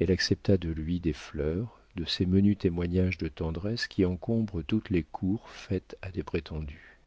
elle accepta de lui des fleurs de ces menus témoignages de tendresse qui encombrent toutes les cours faites à des prétendues